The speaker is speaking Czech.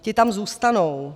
Ti tam zůstanou.